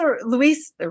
Luis